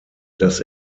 dass